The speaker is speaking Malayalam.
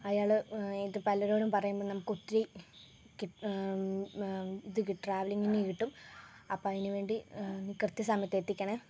അയാള് ഇത് പലരോടും പറയുമ്പോൾ നമുക്കൊത്തിരി കി ഇത് ട്രാവലിങ്ങിനു കിട്ടും അപ്പോൾ അതിന് വേണ്ടി നീ കൃത്യസമയത്ത് എത്തിക്കണേ